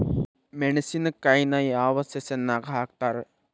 ಮೆಣಸಿನಕಾಯಿನ ಯಾವ ಸೇಸನ್ ನಾಗ್ ಹಾಕ್ತಾರ?